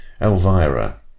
Elvira